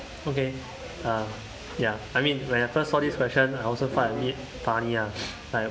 okay uh ya I mean when I first saw this question I also find it funny lah like